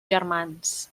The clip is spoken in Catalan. germans